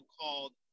called